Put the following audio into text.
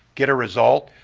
get a result,